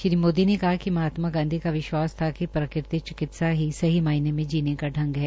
श्री मोदी ने कहा कि महात्मा गांधी का विश्वास था कि प्राकृतिक चिकित्सा ही सही मायने में जीने का ढ़ग है